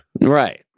Right